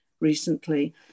recently